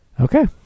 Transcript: Okay